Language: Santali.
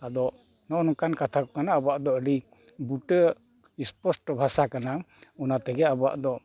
ᱟᱫᱚ ᱱᱚᱝ ᱱᱚᱝᱠᱟᱱ ᱠᱟᱛᱷᱟ ᱠᱚ ᱠᱟᱱᱟ ᱟᱵᱚᱣᱟᱜ ᱫᱚ ᱟᱹᱰᱤ ᱵᱩᱴᱟᱹ ᱮᱥᱯᱚᱥᱴᱚ ᱵᱷᱟᱥᱟ ᱠᱟᱱᱟ ᱚᱱᱟ ᱛᱮᱜᱮ ᱟᱵᱚᱣᱟᱜ ᱫᱚ